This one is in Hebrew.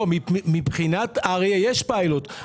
מבחינת אריה יש פיילוט.